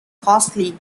costly